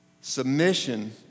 Submission